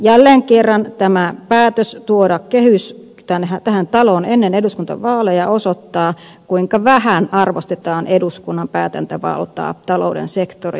jälleen kerran tämä päätös tuoda kehys tähän taloon ennen eduskuntavaaleja osoittaa kuinka vähän arvostetaan eduskunnan päätäntävaltaa talouden sektorilla